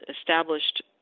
established